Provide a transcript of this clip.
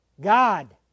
God